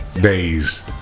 days